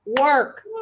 work